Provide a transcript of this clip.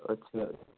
اچھا